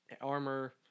armor